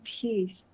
peace